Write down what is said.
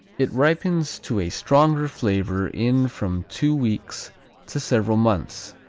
it ripens to a stronger flavor in from two weeks to several months,